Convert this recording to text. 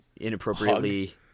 inappropriately